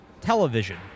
television